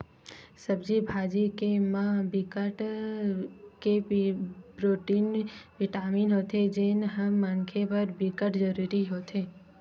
सब्जी भाजी के म बिकट के प्रोटीन, बिटामिन होथे जेन ह मनखे बर बिकट जरूरी होथे